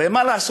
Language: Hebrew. הרי מה לעשות,